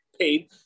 paid